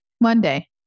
Monday